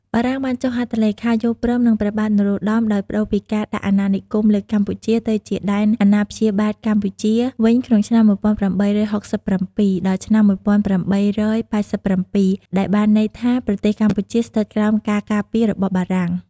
បារាំងបានចុះហត្ថលេខាយល់ព្រមនិង ព្រះបាទនរោត្តម ដោយប្ដូរពីការដាក់អណានិគមលើកម្ពុជា ទៅជាដែនអណាព្យាបាលបារាំងវិញ ក្នុងឆ្នាំ ១៨៦៧ ដល់ឆ្នាំ ១៨៨៧ដែលមានន័យថា ប្រទេសកម្ពុជាស្ថិតក្រោមការ ការពាររបស់បារាំង ។